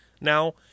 now